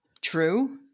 True